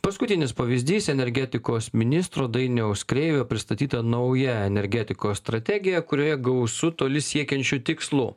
paskutinis pavyzdys energetikos ministro dainiaus kreivio pristatyta nauja energetikos strategija kurioje gausu toli siekiančių tikslų